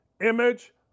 image